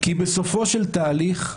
כי בסופו של תהליך,